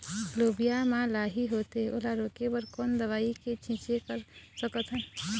लोबिया मा लाही होथे ओला रोके बर कोन दवई के छीचें कर सकथन?